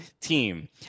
team